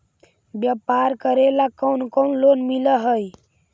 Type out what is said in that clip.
व्यापार करेला कौन कौन लोन मिल हइ?